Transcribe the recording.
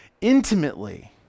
intimately